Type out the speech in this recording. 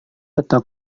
peta